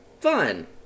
fun